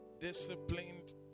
Disciplined